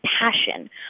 passion